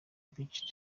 beach